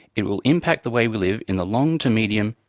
it will impact the way we live in the long to medium,